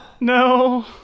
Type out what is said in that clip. No